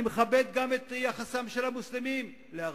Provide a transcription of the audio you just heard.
אני מכבד גם את יחסם של המוסלמים להר-הבית.